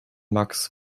max